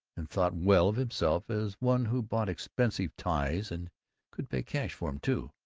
and thought well of himself as one who bought expensive ties and could pay cash for em, too,